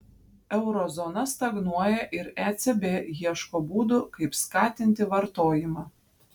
euro zona stagnuoja ir ecb ieško būdų kaip skatinti vartojimą